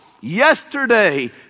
yesterday